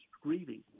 grieving